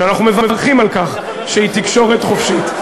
ואנחנו מברכים על כך שהיא תקשורת חופשית.